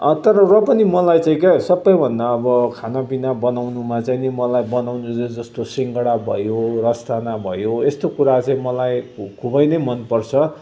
तर र पनि मलाई चाहिँ क्या सबैभन्दा अब खाना पिना बनाउनुमा चाहिँ नि मलाई बनाउनु चाहिँ जस्तो सिङ्गडा भयो रसदाना भयो यस्तो कुरा चाहिँ मलाई खुबै नै मन पर्छ